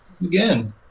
again